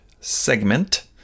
segment